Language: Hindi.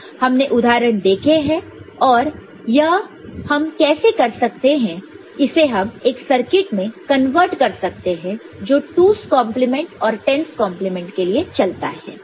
हमने उदाहरण देखे हैं यह हम कैसे कर सकते हैं इसे हम एक सर्किट में कन्वर्ट कर सकते हैं जो 2's कंप्लीमेंट और 10's कंप्लीमेंट के लिए चलता है